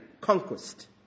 conquest